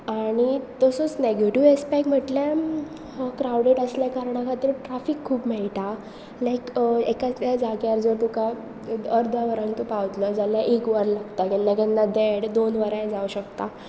आनी तसोच negative aspect म्हटल्यार हो क्रावडेड आसल्या कारणा खातीर ट्राफीक खूब मेळटा लायक एका एका जाग्यार जर तुका अर्द्या वरान तूं पावतलो जाल्यार एक वर लागता केन्ना केन्ना देड दोन वरां जावं शकता